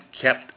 kept